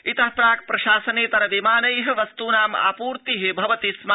इत प्राक् प्रशासनेतर विमानै वस्तूनाम् आपूर्ति भवति स्म